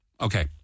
Okay